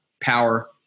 power